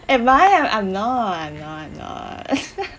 am I I'm not I'm not I'm not